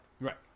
Right